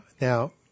Now